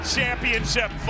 Championship